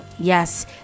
Yes